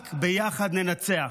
רק ביחד ננצח.